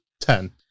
Ten